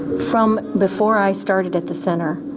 from before i started at the center,